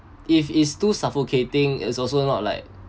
if is too suffocating is also not like